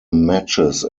matches